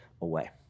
Away